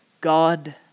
God